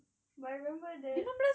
but I remember that